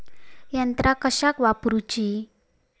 यंत्रा कशाक वापुरूची?